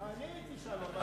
אני הייתי שם, מה, אני זקנות?